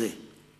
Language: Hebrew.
על מה אתה מדבר?